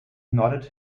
nodded